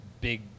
big